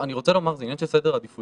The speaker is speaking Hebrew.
אני רוצה לומר, זה עניין של סדר עדיפויות,